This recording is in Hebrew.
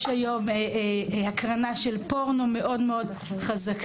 יש היום הקרנה של פורנו מאוד חזקה.